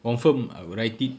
confirm I will write it